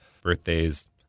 birthdays